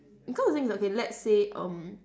because the thing is that okay let's say um